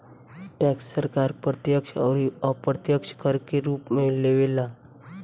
tax सरकार प्रत्यक्ष अउर अप्रत्यक्ष कर के रूप में लेवे ला